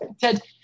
Ted